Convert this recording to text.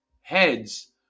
heads